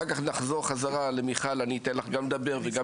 אחר כך נחזור חזרה למיכל, אני אתן לך גם לדבר וגם